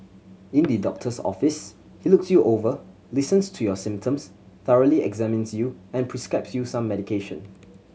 in the doctor's office he looks you over listens to your symptoms thoroughly examines you and prescribes you some medication